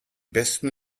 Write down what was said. besten